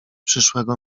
przyszłego